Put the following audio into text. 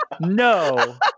No